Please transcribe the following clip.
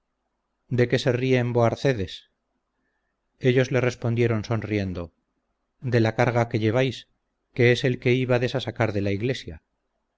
de qué se ríen voarcedes ellos le respondieron sonriendo de la carga que lleváis que es el que ibades a sacar de la iglesia